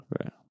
right